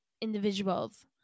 individuals